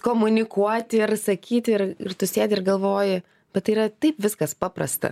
komunikuoti ir sakyti ir ir tu sėdi ir galvoji bet tai yra taip viskas paprasta